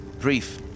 brief